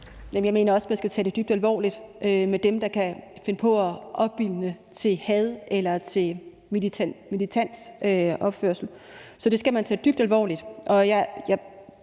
Jeg mener også, man skal tage det dybt alvorligt med hensyn til dem, der kan finde på at opildne til had eller til militant opførsel. Så det skal man tage dybt alvorligt,